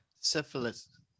syphilis